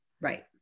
right